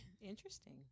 Interesting